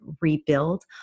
rebuild